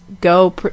go